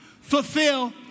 Fulfill